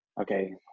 Okay